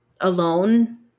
alone